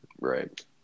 Right